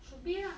should be lah